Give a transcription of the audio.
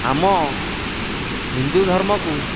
ଆମ ହିନ୍ଦୁ ଧର୍ମକୁ